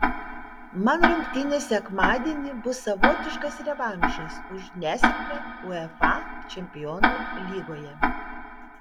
man rungtynės sekmadienį bus savotiškas revanšas už nesėkmę uefa čempionų lygoje